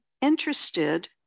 interested